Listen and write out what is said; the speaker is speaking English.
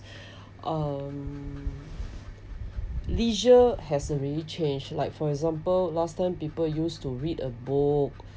um leisure has already changed like for example last time people used to read a book